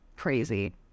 crazy